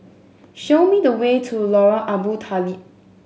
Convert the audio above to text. show me the way to Lorong Abu Talib